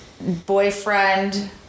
boyfriend